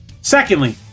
Secondly